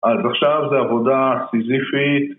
ועכשיו זה עבודה סיזיפית